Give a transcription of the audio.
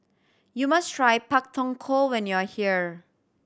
you must try Pak Thong Ko when you are here